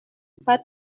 باید